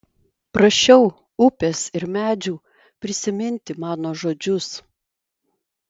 prašiau upės ir medžių prisiminti mano žodžius